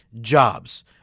Jobs